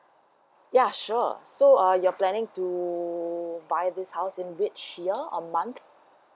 yeah sure so uh you're planning to buy this house in which year or month